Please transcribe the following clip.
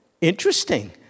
interesting